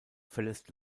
verlässt